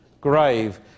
grave